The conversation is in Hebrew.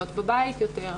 להיות בבית יותר,